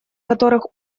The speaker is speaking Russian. которых